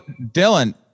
Dylan